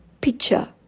picture